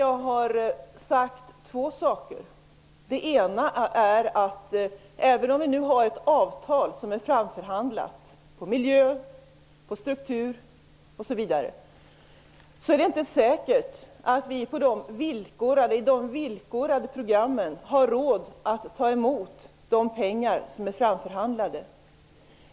Jag har där sagt två saker. Den ena var att även om vi nu har ett avtal som är framförhandlat vad gäller miljö, struktur osv., är det inte säkert att vi i de villkorade programmen har råd att ta emot de pengar som är framförhandlade.